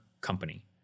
company